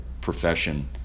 profession